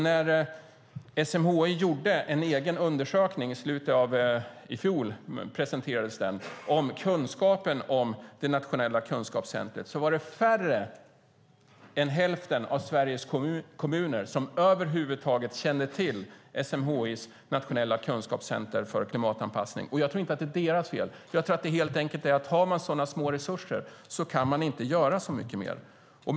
När SMHI gjorde en egen undersökning - den presenterades i fjol - om kännedomen om det nationella kunskapscentrumet var det knappt hälften av Sveriges kommuner som kände till det. Jag tror inte att det är kommunernas fel att de inte känner till det, utan det beror helt enkelt på att centrumet har så små resurser att det inte kan göra så mycket för att bli känt.